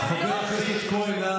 חבר הכנסת כהן,